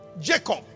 Jacob